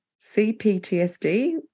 CPTSD